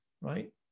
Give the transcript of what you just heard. right